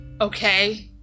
okay